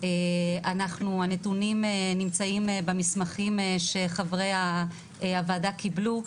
הנתונים נמצאים במסמכים שחברי הוועדה קיבלו,